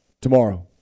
tomorrow